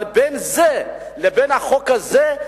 אבל בין זה לבין החוק הזה,